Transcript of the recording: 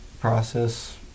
process